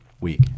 Week